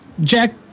Jack